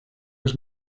was